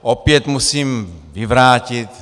Opět musím vyvrátit.